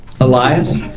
Elias